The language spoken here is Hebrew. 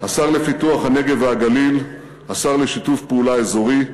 השר לפיתוח הנגב והגליל והשר לשיתוף פעולה אזורי,